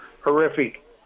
horrific